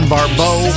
Barbeau